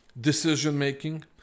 decision-making